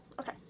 okay